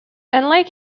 unlike